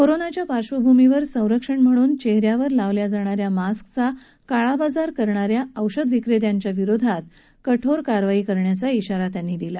कोरोनाच्या पार्श्वभूमीवर संरक्षण म्हणून चेहऱ्यावर लावल्या जाणाऱ्या मास्कचा काळाबाजार करणाऱ्या औषधविक्रेत्यांच्या विरोधात कठोर कारवाई करण्याचा इशारा त्यांनी दिला